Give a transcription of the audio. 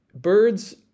Birds